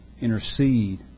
intercede